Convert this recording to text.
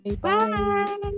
bye